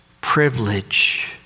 privilege